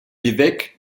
évêque